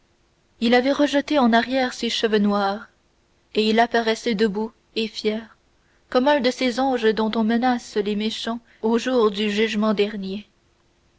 il avait rejeté en arrière ses cheveux noirs et il apparaissait debout et fier comme un de ces anges dont on menace les méchants au jour du jugement dernier